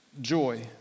joy